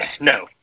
no